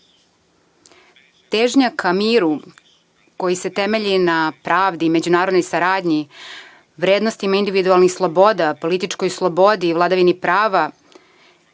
prava. Težnja ka miru koji se temelji na pravdi, međunarodnoj saradnji, vrednostima individualnih sloboda, političkoj slobodi, vladavini prava,